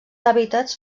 hàbitats